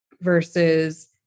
versus